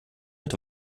mit